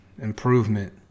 improvement